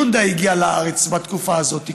יונדאי הגיעה לארץ בתקופה הזאת.